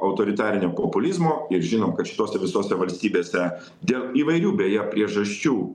autoritarinio populizmo ir žinom kad šitose visose valstybėse dėl įvairių beje priežasčių